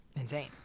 insane